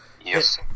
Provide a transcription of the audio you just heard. Yes